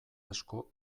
asko